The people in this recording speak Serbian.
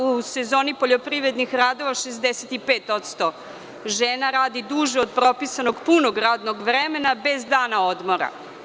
U sezoni poljoprivrednih radova 65% žena radi duže od propisanog punog radnog vremena bez dana odmora.